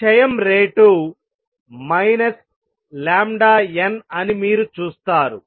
క్షయం rate λN అని మీరు చూస్తారు